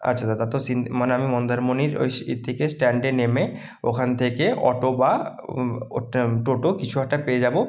আচ্ছা দাদা তো চিন্ত মানে আমি মন্দারমণির ওইস ই থেকে স্ট্যান্ডে নেমে ওখান থেকে অটো বা ও টম টোটো কিছু একটা পেয়ে যাবো